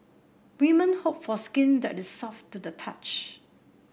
women hope for skin that is soft to the touch